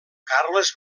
carles